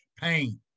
pain